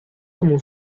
como